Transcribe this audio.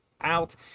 out